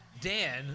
Dan